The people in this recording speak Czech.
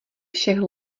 všech